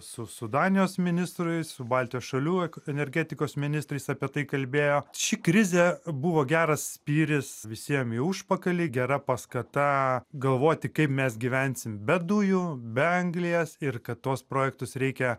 su su danijos ministrais su baltijos šalių eko energetikos ministrais apie tai kalbėjo ši krizė buvo geras spyris visiem į užpakalį gera paskata galvoti kaip mes gyvensim be dujų be anglies ir kad tuos projektus reikia